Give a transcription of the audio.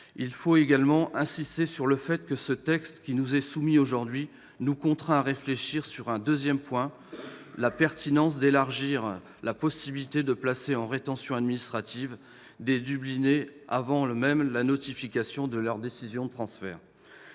cependant également insister sur le fait que le texte qui nous est soumis aujourd'hui nous contraint à réfléchir sur un deuxième point : la pertinence d'élargir la possibilité de placer en rétention administrative des « dublinés » avant même que leur soit notifiée la décision de leur transfert.